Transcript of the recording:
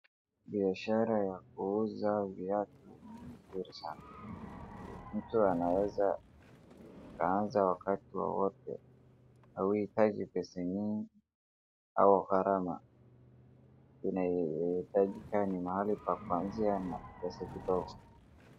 Biashara ya kuuza viatu ni nzuri sana. Mtu aneza kaanza wakati wowote. Hauhitaji pesa mingi au gharama. Kenye inahitajika ni mahali pa kuanzia na pesa kidogo.